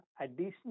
additional